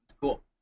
cool